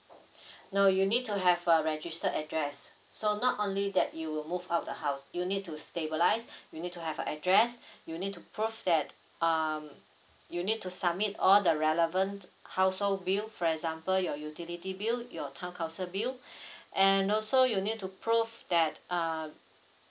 no you need to have a registered address so not only that you will move out the house you need to stabilise you need to have an address you need to prove that um you need to submit all the relevant household bill for example your utility bill your town council bill and also you need to prove that uh